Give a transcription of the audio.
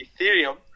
Ethereum